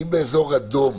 כי אם באזור אדום